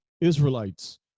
Israelites